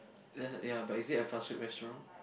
ya but is it a fast food restaurant